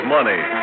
Money